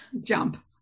jump